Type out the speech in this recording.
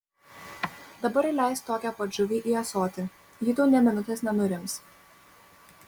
dabar įleisk tokią pat žuvį į ąsotį ji tau nė minutės nenurims